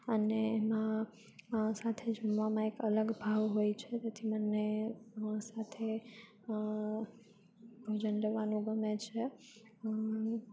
અને એમાં સાથે જમવામાં એક અલગ ભાવ હોય છે તો તેમના સાથે ભોજન લેવાનું ગમે છે